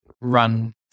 run